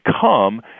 come